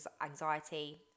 anxiety